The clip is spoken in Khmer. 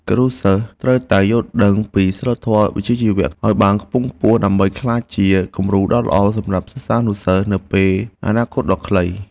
គរុសិស្សត្រូវតែយល់ដឹងពីសីលធម៌វិជ្ជាជីវៈឱ្យបានខ្ពង់ខ្ពស់ដើម្បីក្លាយជាគំរូដ៏ល្អសម្រាប់សិស្សានុសិស្សនៅពេលអនាគតដ៏ខ្លី។